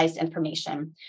information